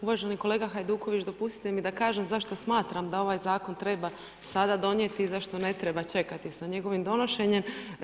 Uvaženi kolega Hajduković, dopustite mi da kažem zašto smatram da ovaj zakon treba sada donijeti i zašto ne treba čekati sa njegovim donošenjem.